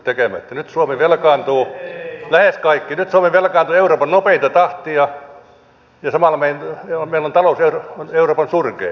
nyt suomi velkaantuu euroopan nopeinta tahtia ja samalla meillä talous on euroopan surkein